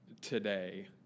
today